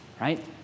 Right